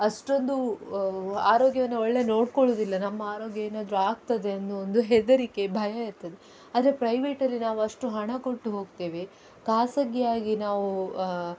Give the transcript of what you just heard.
ಅಷ್ಟೊಂದು ಆರೋಗ್ಯವನ್ನ ಒಳ್ಳೆ ನೋಡ್ಕೊಳ್ಳುವುದಿಲ್ಲ ನಮ್ಮ ಆರೋಗ್ಯ ಏನಾದರೂ ಆಗ್ತದೆ ಅನ್ನೋ ಒಂದು ಹೆದರಿಕೆ ಭಯ ಇರ್ತದೆ ಆದರೆ ಪ್ರೈವೆಟಲ್ಲಿ ನಾವು ಅಷ್ಟು ಹಣ ಕೊಟ್ಟು ಹೋಗ್ತೇವೆ ಖಾಸಗಿ ಆಗಿ ನಾವು